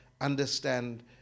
understand